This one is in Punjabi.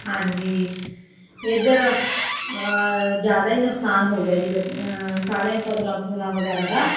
ਹਾਂਜੀ ਇੱਧਰ ਜ਼ਿਆਦਾ ਹੀ ਨੁਕਸਾਨ ਹੋ ਗਿਆ ਜੀ ਸਾਰਿਆਂ ਫਸਲਾਂ ਫਸਲਾਂ ਵਗੈਰਾ ਦਾ